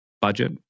budget